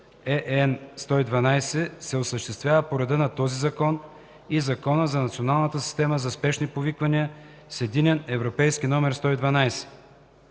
ЕЕН 112 се осъществява по реда на този закон и Закона за Националната система за спешни повиквания с единен